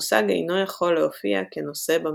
המושג אינו יכול להופיע כנושא במשפט.